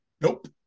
nope